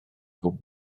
nhw